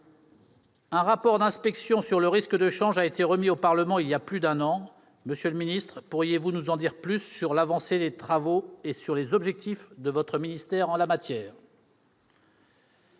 Un rapport d'inspection sur le risque de change a été remis au Parlement il y a plus d'un an. Monsieur le ministre, pourriez-vous nous en dire plus sur l'avancée des travaux et sur les objectifs de votre ministère en la matière ?